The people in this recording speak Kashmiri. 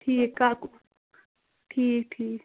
ٹھیٖک کانٛہہ کُو ٹھیٖک ٹھیٖک